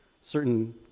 certain